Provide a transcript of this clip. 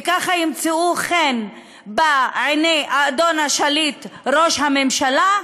וככה ימצאו חן בעיני האדון השליט ראש הממשלה,